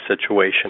situation